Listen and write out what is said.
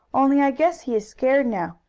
only i guess he is scared, now.